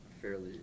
fairly